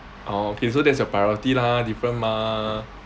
orh okay so that's your priority lah different mah